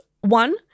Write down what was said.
One-